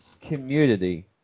community